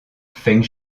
feng